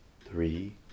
three